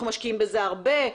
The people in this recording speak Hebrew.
אנחנו משקיעים בזה הרבה.